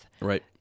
Right